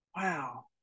wow